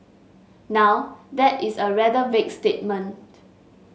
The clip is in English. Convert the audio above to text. now that is a rather vague statement